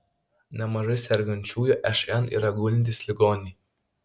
nemažai sergančiųjų šn yra gulintys ligoniai